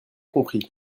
compris